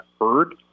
heard